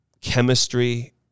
chemistry